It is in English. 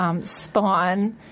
SPAWN